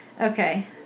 Okay